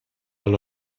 allo